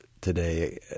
today